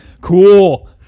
Cool